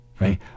Right